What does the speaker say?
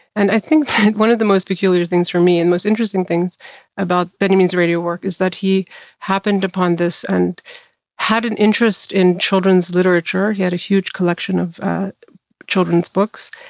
and i think that one of the most peculiar things for me, and most interesting things about benjamin's radio work, is that he happened upon this, and had an interest in children's literature. he had a huge collection of children's books,